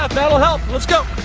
um that'll help, let's go!